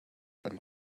and